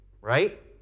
Right